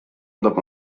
dopo